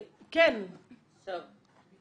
אני גרה